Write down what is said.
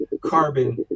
carbon